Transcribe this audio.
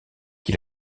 qui